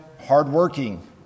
hardworking